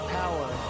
power